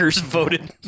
voted